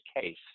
case